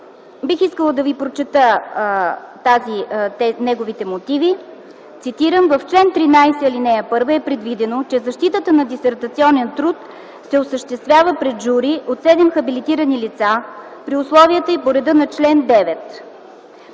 Бих искала да Ви прочета неговите мотиви, цитирам: „В чл. 13, ал. 1 е предвидено, че защитата на дисертационен труд се осъществява пред жури от седем хабилитирани лица при условията и по реда на чл. 9.